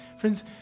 Friends